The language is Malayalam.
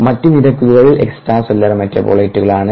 മറ്റ് നിരക്കുകൾ എക്സ്ട്രാ സെല്ലുലാർ മെറ്റബോളിറ്റുകളാണ്